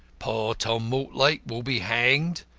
poor tom mortlake will be hanged,